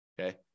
okay